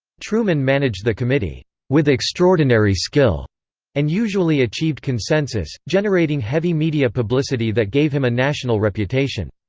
truman managed the committee with extraordinary skill and usually achieved consensus, generating heavy media publicity that gave him a national reputation.